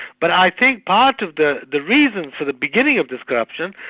but i think part of the the reason for the beginning of this corruption,